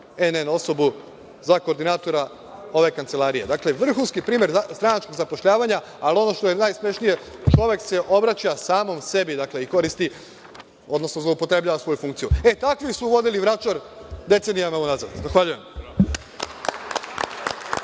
NN osobu za koordinatora ove kancelarije. Dakle, vrhunski primer stranačkog zapošljavanja, ali ono što je najsmešnije, čovek se obraća samom sebi i koristi, odnosno zloupotrebljava svoju funkciju. Takvi su vodili Vračar decenijama unazad.